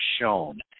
shown